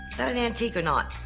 that an antique or not?